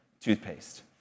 toothpaste